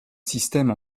système